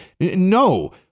No